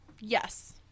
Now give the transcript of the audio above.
yes